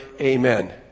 Amen